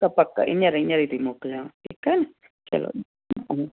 पक पक हीअंर हीअंर थी मोकिलियाव ठीकु आहे न चलो